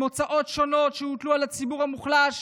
הוצאות שונות שהוטלו על הציבור המוחלש,